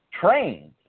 trained